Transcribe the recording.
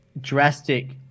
drastic